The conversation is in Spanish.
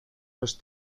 los